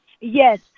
Yes